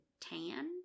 tan